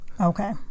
Okay